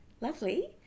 lovely